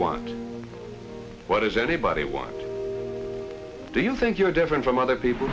want what does anybody want do you think you're different from other people